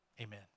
amen